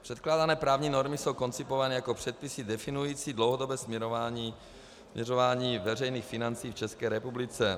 Předkládané právní normy jsou koncipované jako předpisy definující dlouhodobé směřování veřejných financí v České republice.